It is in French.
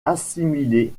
assimilé